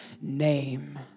name